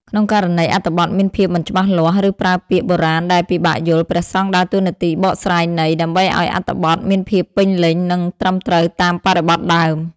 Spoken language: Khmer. ក្នុងករណីអត្ថបទមានភាពមិនច្បាស់លាស់ ឬប្រើពាក្យបុរាណដែលពិបាកយល់ ព្រះសង្ឃដើរតួនាទីបកស្រាយន័យ ដើម្បីឱ្យអត្ថបទមានភាពពេញលេញ និងត្រឹមត្រូវតាមបរិបទដើម។